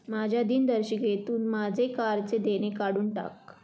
माझ्या दिनदर्शिकेतून माझे कारचे देणे काढून टाक